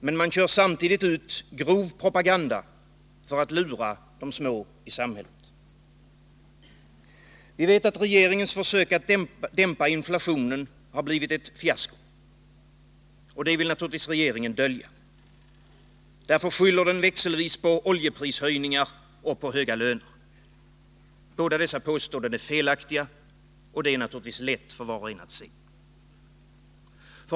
Men det kör samtidigt ut grov propaganda för att lura de små i samhället. Vi vet att regeringens försök att dämpa inflationen har blivit ett fiasko. Det vill naturligtvis regeringen dölja. Därför skyller den växelvis på oljeprishöjningar och på höga löner. Båda dessa beskyllningar är felaktiga — och det är lätt för var och en att se.